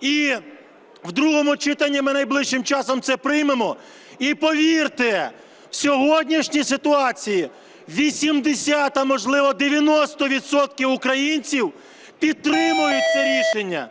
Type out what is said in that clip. І в другому читанні ми найближчим часом це приймемо. І, повірте, в сьогоднішній ситуації 80, а, можливо, 90 відсотків українців підтримують це рішення.